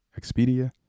Expedia